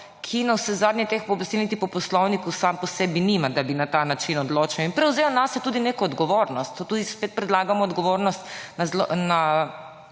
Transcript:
pooblastil niti po poslovniku sam po sebi nima, da bi na ta način odločil in prevzel nase tudi neko odgovornost. Tu spet prelagamo odgovornost na